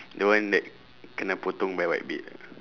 the one that kene potong by whitebeard ah